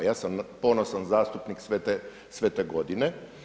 Ja sam ponosan zastupnik sve te godine.